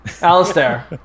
Alistair